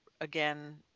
again